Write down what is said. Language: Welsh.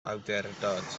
awdurdod